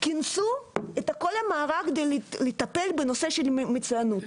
כינסו את כל המערך כדי לטפל בנושא של מצוינות.